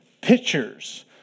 pictures